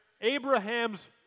Abraham's